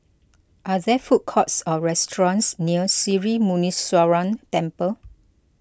are there food courts or restaurants near Sri Muneeswaran Temple